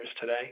today